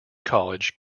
college